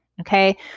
Okay